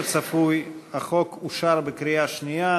כצפוי, החוק אושר בקריאה שנייה.